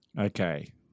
okay